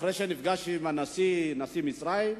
אחרי שנפגש עם נשיא מצרים,